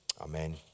Amen